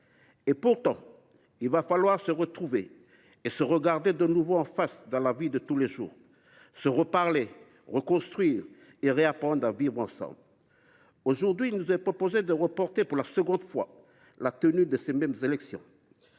Pourtant, il va falloir se retrouver et se regarder de nouveau en face dans la vie de tous les jours, se reparler, reconstruire et réapprendre à vivre ensemble. Aujourd’hui, il nous est proposé de reporter pour la seconde fois la tenue de ces mêmes élections.